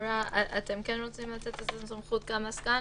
אתם כן רוצים לתת סמכות גם לסגן?